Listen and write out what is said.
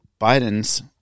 Biden's